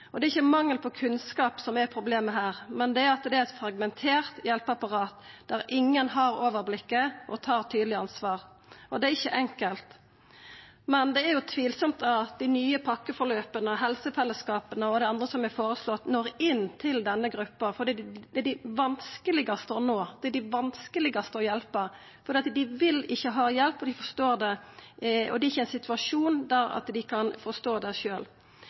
Det er ikkje mangel på kunnskap som er problemet her, men at det er eit fragmentert hjelpeapparat der ingen har overblikket og tar tydeleg ansvar – og det er ikkje enkelt. Men det er tvilsamt at dei nye pakkeforløpa, helsefellesskapa og anna som er føreslått, når inn til denne gruppa, for det er dei vanskelegaste å nå, det er dei vanskelegaste å hjelpa. For dei vil ikkje ha hjelp, og dei er ikkje i ein situasjon der dei kan forstå det